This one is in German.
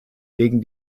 gegen